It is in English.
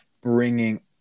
bringing